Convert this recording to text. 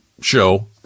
show